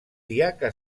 diaca